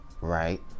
right